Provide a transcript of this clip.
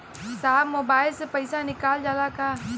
साहब मोबाइल से पैसा निकल जाला का?